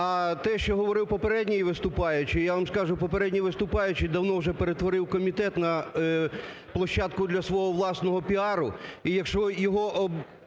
А те, що говорив попередній виступаючий, я вам скажу, попередній виступаючий давно вже перетворив комітет на площадку для свого власного піару.